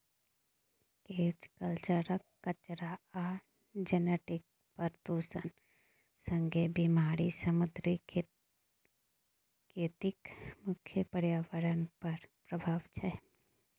cage कल्चरक कचरा आ जेनेटिक प्रदुषण संगे बेमारी समुद्री खेतीक मुख्य प्रर्याबरण पर प्रभाब छै